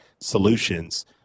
solutions